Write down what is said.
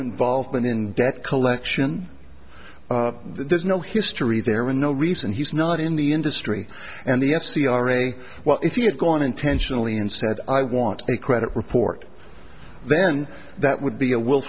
involvement in debt collection there's no history there was no reason he's not in the industry and the f c r a well if you had gone intentionally and said i want a credit report then that would be a will